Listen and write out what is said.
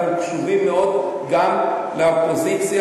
אנחנו קשובים מאוד גם לאופוזיציה,